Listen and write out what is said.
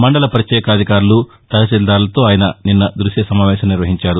మండల ప్రత్యేకాధికారులు తహశీల్దార్లతో ఆయన నిన్న దృశ్య సమావేశం నిర్వహించారు